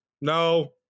No